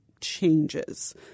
changes